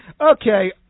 okay